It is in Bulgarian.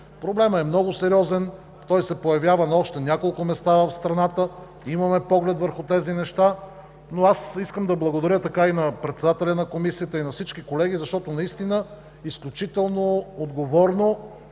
Проблемът е много сериозен. Той се появява на още няколко места в страната, имаме поглед върху тези неща. Искам да благодаря и на председателя на Комисията, и на всички колеги, защото наистина изключително отговорно,